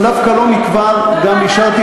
כי לא נותנים להם.